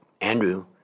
Andrew